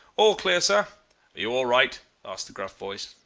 all clear, sir. are you all right asked the gruff voice.